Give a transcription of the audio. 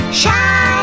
shine